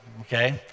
okay